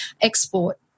export